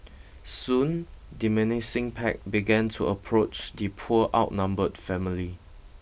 soon the menacing pack began to approach the poor outnumbered family